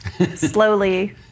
Slowly